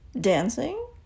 dancing